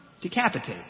decapitate